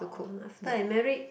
hmm after I married